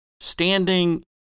standing